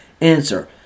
Answer